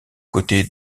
côtés